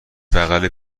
بغل